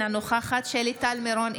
אינה נוכחת שלי טל מירון,